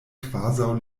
kvazaŭ